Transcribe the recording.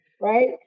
right